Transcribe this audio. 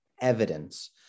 evidence